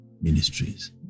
ministries